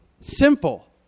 Simple